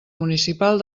municipal